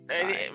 Sorry